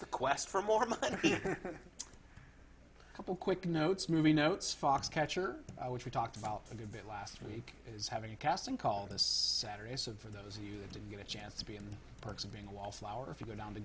the quest for more money couple quick notes movie notes foxcatcher which we talked about a good bit last week is having a casting call this saturday so for those of you that didn't get a chance to be in the perks of being a wallflower if you go down t